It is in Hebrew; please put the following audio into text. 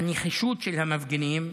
הנחישות של המפגינים,